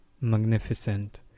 magnificent